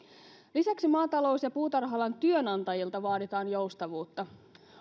lisäksi maatalous ja puutarha alan työnantajilta vaaditaan joustavuutta